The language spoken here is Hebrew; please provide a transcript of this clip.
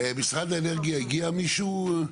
משרד האנרגיה הגיע מישהו?